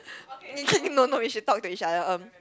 no no we should talk to each other um